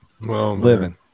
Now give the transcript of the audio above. living